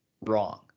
wrong